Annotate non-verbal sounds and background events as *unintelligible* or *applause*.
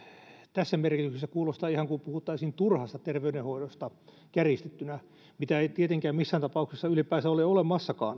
tässä merkityksessä kuulostaa ihan kuin puhuttaisiin turhasta terveydenhoidosta kärjistettynä mitä ei tietenkään missään tapauksessa ylipäänsä ole olemassakaan *unintelligible*